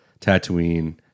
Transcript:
Tatooine